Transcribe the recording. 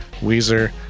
Weezer